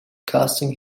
casting